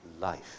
life